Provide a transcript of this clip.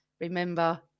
remember